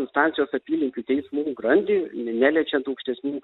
instancijos apylinkių teismų grandį ne neliečiant aukštesnių